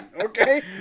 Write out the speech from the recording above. Okay